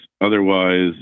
otherwise